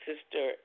Sister